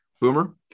boomer